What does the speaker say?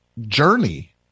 journey